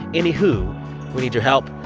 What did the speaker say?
anyhoo, we need your help.